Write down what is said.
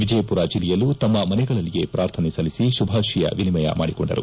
ವಿಜಯಪುರ ಜಿಲ್ಲೆಯಲ್ಲೂ ತಮ್ಮ ಮನೆಗಳಲ್ಲಿಯೇ ಪ್ರಾರ್ಥನೆ ಸಲ್ಲಿಸಿ ಶುಭಾಶಯ ವಿನಿಮಯ ಮಾಡಿಕೊಂಡರು